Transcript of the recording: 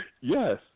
Yes